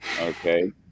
okay